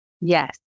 Yes